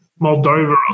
Moldova